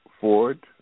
Ford